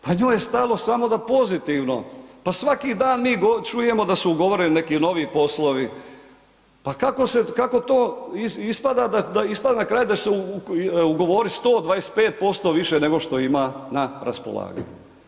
Pa njoj je stalo samo da pozitivno, pa svaki dan mi čujemo da se ugovoreni neki novi poslovi, pa kako to ispada na kraju da se ugovori 125% više nego što ima na raspolaganju.